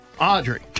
Audrey